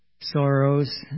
Sorrows